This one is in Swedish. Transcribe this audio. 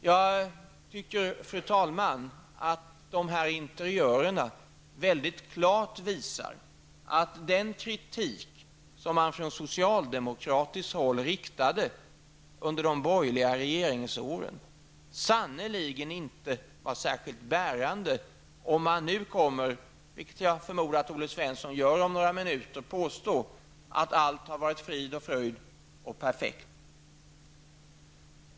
Jag tycker, fru talman, att de här interiörerna, väldigt klart visar att den kritik som man från socialdemokratiskt håll riktade under de borgerliga regeringsåren sannerligen inte var särskilt bärande, om man nu om några minuter kommer och påstår -- vilket jag förmodar att Olle Svensson gör -- att allt har varit frid och fröjd och perfekt.